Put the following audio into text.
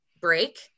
break